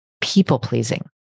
people-pleasing